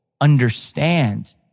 understand